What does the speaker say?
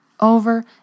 Over